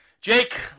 Jake